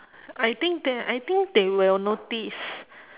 I think they're I think they will notice